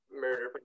murder